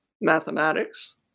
mathematics